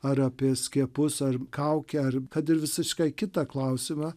ar apie skiepus ar kaukę kad ir visiškai kitą klausimą